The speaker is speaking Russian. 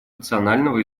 рационального